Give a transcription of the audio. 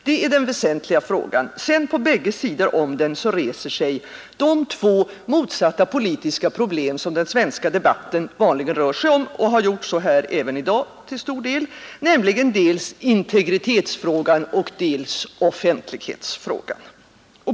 Det är den väsentliga frågan, och på båda sidor om den reser sig de två motsatta politiska problem som den svenska debatten vanligen rör sig om och även i dag har rört sig om till stor del, nämligen dels integritetsfrågan, dels offentlighetsfrågan.